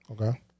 Okay